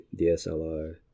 DSLR